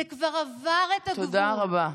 זה כבר עבר את הגבול, תודה רבה.